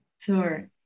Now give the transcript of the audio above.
Sure